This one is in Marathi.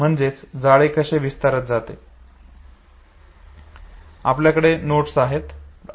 म्हणजेच जाळे कसे विस्तारत जाते